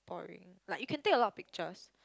boring like you can take a lot pictures